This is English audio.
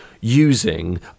using